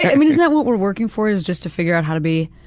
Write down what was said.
i mean, isn't that what we're working for, is just to figure out how to be